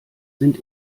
sind